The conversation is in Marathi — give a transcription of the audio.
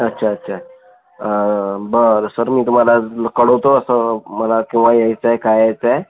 अच्छा अच्छा बर सर मी तुम्हाला कळवतो मला केव्हा यायचं आहे काय यायाचं आहे